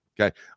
okay